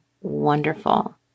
wonderful